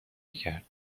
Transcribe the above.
کرد